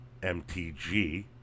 MTG